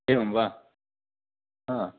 एवं वा हा